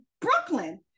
Brooklyn